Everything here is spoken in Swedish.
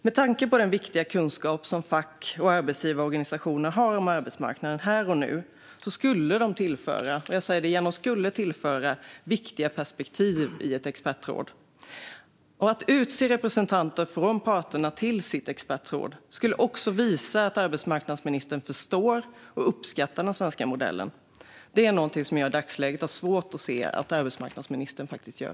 Med tanke på den viktiga kunskap som fack och arbetsgivarorganisationer har om arbetsmarknaden här och nu skulle de tillföra viktiga perspektiv i ett expertråd. Att utse representanter från parterna till expertrådet skulle också visa att arbetsmarknadsministern förstår och uppskattar den svenska modellen. Det är något som jag i dagsläget har svårt att se att arbetsmarknadsministern faktiskt gör.